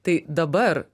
tai dabar